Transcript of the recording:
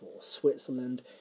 Switzerland